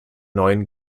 neuen